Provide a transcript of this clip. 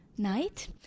Night